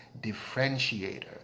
differentiator